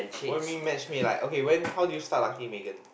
what you mean matchmake like okay when how did you start liking Megan